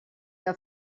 que